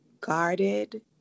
guarded